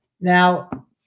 Now